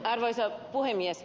arvoisa puhemies